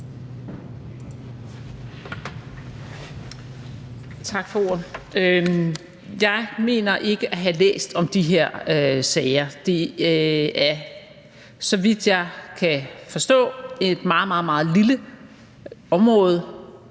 Tak for ordet. Jeg mener ikke at have læst om de her sager. Det er, så vidt jeg kan forstå, et meget, meget lille område,